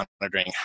monitoring